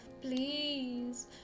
please